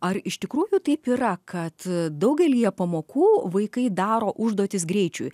ar iš tikrųjų taip yra kad daugelyje pamokų vaikai daro užduotis greičiui